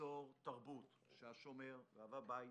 ליצור תרבות שהשומר, אב הבית,